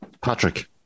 Patrick